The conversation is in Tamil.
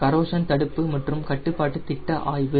கரோஷன் தடுப்பு மற்றும் கட்டுப்பாட்டு திட்ட ஆய்வு